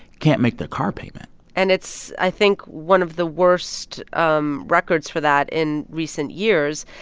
can't make their car payment and it's, i think, one of the worst um records for that in recent years.